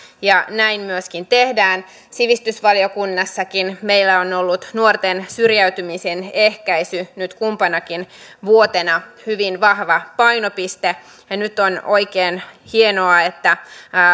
ja näin myöskin tehdään sivistysvaliokunnassakin meillä on ollut nuorten syrjäytymisen ehkäisy nyt kumpanakin vuotena hyvin vahva painopiste ja nyt on oikein hienoa että